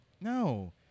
no